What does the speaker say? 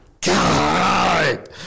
God